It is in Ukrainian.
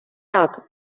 так